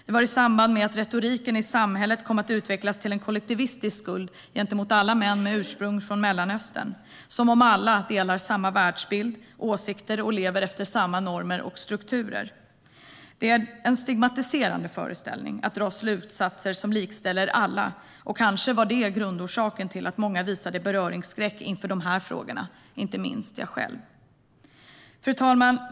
Det var i samband med att retoriken i samhället kom att utvecklas till en kollektivistisk skuld gentemot alla män med ursprung från Mellanöstern, som om alla delar samma världsbild och åsikter och lever efter samma normer och strukturer. Det är en stigmatiserande föreställning att dra slutsatser som likställer alla, och kanske var det grundorsaken till att många visade beröringsskräck inför frågorna, inte minst jag själv. Fru talman!